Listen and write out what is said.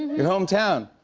your hometown.